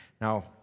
Now